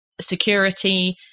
security